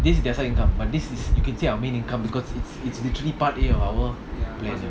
this their side income but this is you can say our main income because it's it's literally part A of our plan